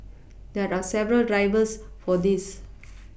there are several drivers for this